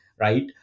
right